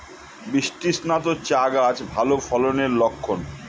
বৃষ্টিস্নাত চা গাছ ভালো ফলনের লক্ষন